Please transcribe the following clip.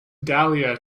dahlia